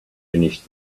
finished